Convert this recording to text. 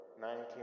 nineteen